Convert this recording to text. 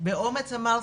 באומץ אמר,